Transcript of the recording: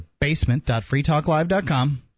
basement.freetalklive.com